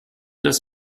das